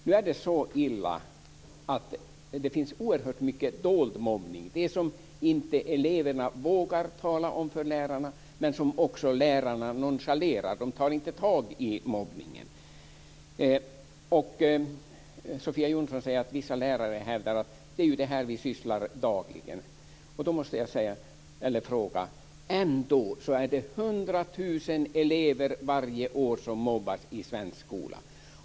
Nu är det så illa att det finns oerhört mycket dold mobbning, det som eleverna inte vågar tala om för lärarna men som också lärarna nonchalerar. De tar inte tag i mobbningen. Sofia Jonsson säger att vissa lärare hävdar att det är detta som de dagligen sysslar med. Då måste jag säga att det ändå är 100 000 elever varje år som mobbas i svenska skolor.